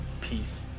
peace